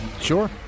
Sure